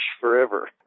forever